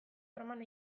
erroman